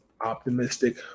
optimistic